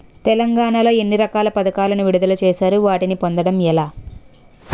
తెలంగాణ లో ఎన్ని రకాల పథకాలను విడుదల చేశారు? వాటిని పొందడం ఎలా?